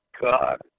God